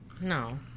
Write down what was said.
no